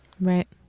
Right